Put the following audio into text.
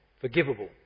forgivable